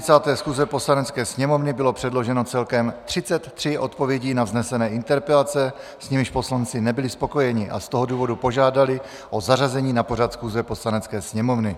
Na pořad jednání 40. schůze Poslanecké sněmovny bylo předloženo celkem 33 odpovědí na vznesené interpelace, s nimiž poslanci nebyli spokojeni, a z toho důvodu požádali o zařazení na pořad schůze Poslanecké sněmovny.